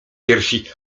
piersi